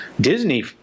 Disney